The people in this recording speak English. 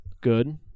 Good